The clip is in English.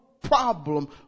problem